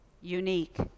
unique